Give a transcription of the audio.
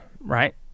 Right